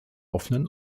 offenen